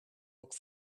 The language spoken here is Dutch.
ook